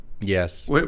yes